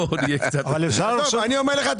אני אומר לך,